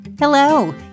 Hello